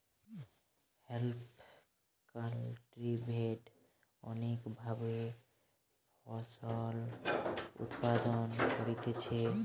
hemp cultivate অনেক ভাবে ফসল উৎপাদন করতিছে